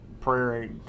prayer